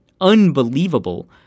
unbelievable